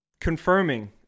confirming